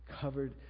covered